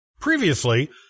Previously